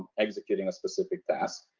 executing a specific task.